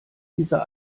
dieser